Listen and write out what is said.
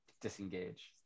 disengage